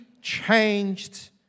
changed